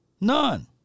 none